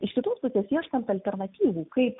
iš kitos pusės ieškant alternatyvų kaip